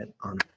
on